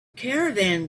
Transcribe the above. caravan